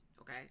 Okay